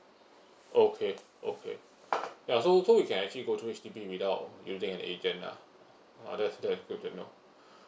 okay okay ya so so we can actually go through H_D_B without needing an agent lah uh that is the good to know